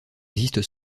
existent